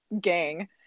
gang